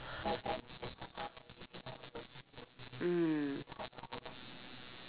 mm